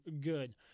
good